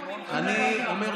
לעשות דיונים,